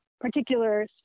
particular